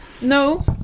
No